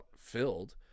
filled